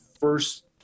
first